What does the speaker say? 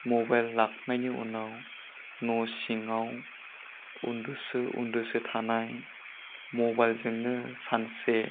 मबेल लाखांनायनि उनाव न' सिङाव उन्दोसो उन्दोसो थानाइ मबाइलजोंनो सानसे